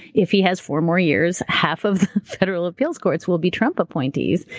if he has four more years, half of the federal appeals courts will be trump appointees,